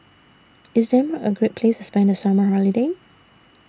IS Denmark A Great Place to spend The Summer Holiday